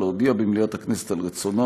להודיע במליאת הכנסת על רצונה